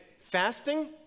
fasting